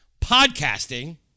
podcasting